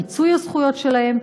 מיצוי הזכויות שלהם,